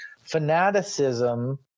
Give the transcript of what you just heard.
fanaticism